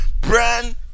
Brand